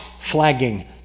flagging